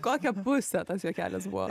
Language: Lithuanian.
kokią pusę tas juokelis buvo